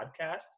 podcast